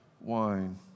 wine